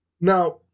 Now